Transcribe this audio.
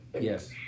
Yes